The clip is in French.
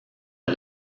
est